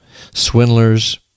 swindlers